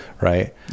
right